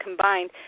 combined